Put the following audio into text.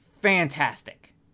fantastic